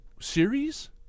series